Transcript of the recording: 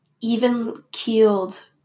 even-keeled